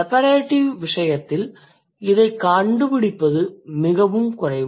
separative விசயத்தில் இதைக் கண்டுபிடிப்பது மிகவும் குறைவு